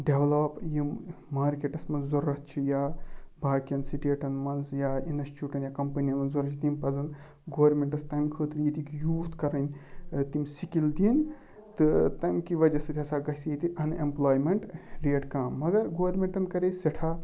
develop یِم مارکیٹَس منٛز ضوٚرَتھ چھِ یا باقیَن سِٹیٹَن منٛز یا اِنسچوٗٹَن یا کَمپٔنی منٛز ضوٚرَتھ چھِ تِم پَزَن گورمِنٹَس تَمہِ خٲطرٕ ییٚتِکۍ یوٗتھ کَرٕنۍ تِم سِکِل دِنۍ تہٕ تمہِ کہِ وجہ سۭتۍ ہَسا گژھِ ییٚتہِ اَن ایٚمپلایم۪نٛٹ ریٹ کَم مگر گورمِنٹَن کَرے سٮ۪ٹھاہ